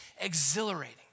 exhilarating